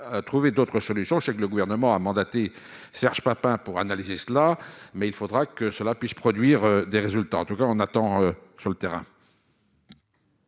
trouver d'autres solutions, le gouvernement a mandaté Serge Papin pour analyser cela mais il faudra que cela puisse produire des résultats en tout cas on attend sur le terrain.